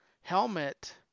helmet